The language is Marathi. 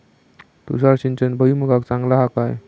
तुषार सिंचन भुईमुगाक चांगला हा काय?